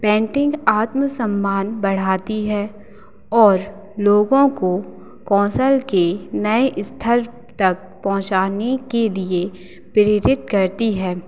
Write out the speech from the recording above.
painting आत्मसम्मान बढ़ाती है और लोगों को कौशल के नए स्थल तक पहुँचाने के लिए प्रेरित करती है